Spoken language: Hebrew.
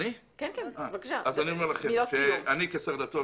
כשר דתות